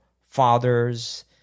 fathers